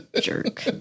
Jerk